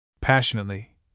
Passionately